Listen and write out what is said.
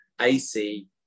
AC